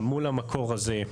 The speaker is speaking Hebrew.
מול המקור הזה,